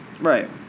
Right